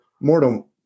mortal